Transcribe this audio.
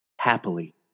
happily